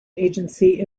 agency